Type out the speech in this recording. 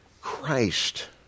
Christ